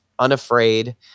unafraid